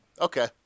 Okay